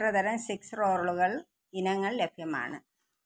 എത്രതരം Swiss റോളുകൾ ഇനങ്ങൾ ലഭ്യമാണ്